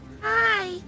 Hi